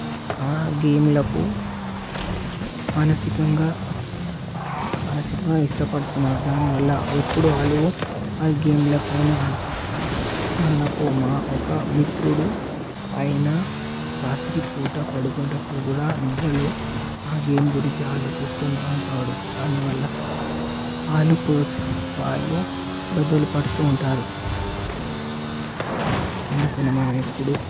ఆ గేమ్లకు మానసికంగా మానసికంగా ఇష్టపడుతున్నారు దానివల్ల ఎప్పుడు వాళ్లు ఆ గేమ్లకే ఆడుతున్నారు కానీ మాకు మా ఒక మిత్రుడు ఆయన రాత్రి పూట పడుకునేటప్పుడు కూడా నిద్రలో ఆ గేమ్ గురించి ఆలోచిస్తూనే ఉంటాడు దానివల్ల వాళ్ళు ప్రో వాళ్ళు బదులు పడుతూ ఉంటారు అందుకని మనం ఎప్పుడూ